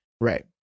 Right